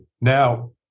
now